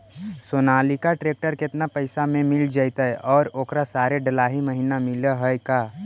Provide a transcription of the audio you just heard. Sonalika tractor केतना पैसा में मिल जइतै और ओकरा सारे डलाहि महिना मिलअ है का?